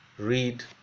Read